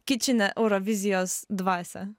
kičinę eurovizijos dvasią